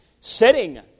sitting